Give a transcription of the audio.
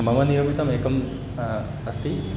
मया निर्मितम् एकम् अस्ति